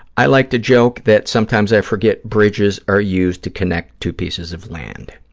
i like to joke that sometimes i forget bridges are used to connect two pieces of land.